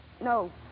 No